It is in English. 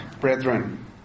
brethren